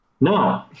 No